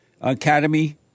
academy